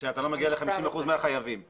גם כשאתה שולח הודעת חיוב בדואר,